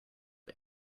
the